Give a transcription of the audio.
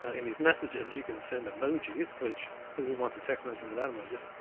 in these messages, you can send emojis, which who wants a text manager without emojis?